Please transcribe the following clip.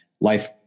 life